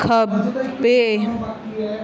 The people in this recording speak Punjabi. ਖੱਬੇ